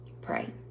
Pray